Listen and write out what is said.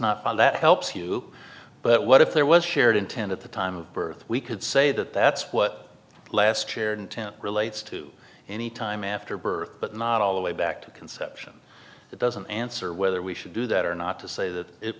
not that helps you but what if there was shared intent at the time of birth we could say that that's what last shared relates to any time after birth but not all the way back to conception that doesn't answer whether we should do that or not to say that it